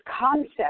concept